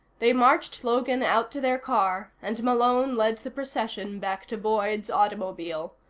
they marched logan out to their car, and malone led the procession back to boyd's automobile,